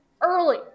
Early